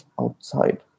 outside